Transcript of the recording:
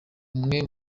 umwe